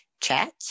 chat